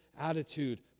attitude